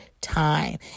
time